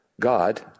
God